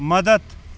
مدتھ